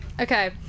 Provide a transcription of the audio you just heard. okay